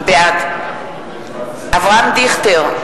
בעד אברהם דיכטר,